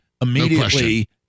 Immediately